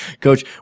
Coach